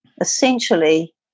essentially